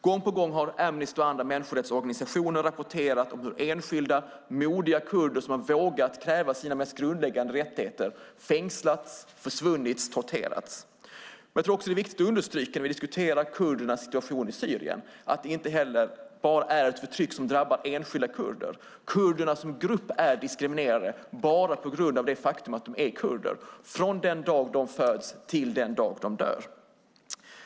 Gång på gång har Amnesty och andra människorättsorganisationer rapporterat om hur enskilda modiga kurder som har vågat kräva sina mest grundläggande rättigheter fängslats, torterats och försvunnit. När vi diskuterar kurdernas situation i Syrien är det viktigt att understryka att förtrycket inte bara drabbar enskilda kurder. Kurderna som grupp är diskriminerade, bara på grund av det faktum att de är kurder, från den dag de föds till den dag de dör.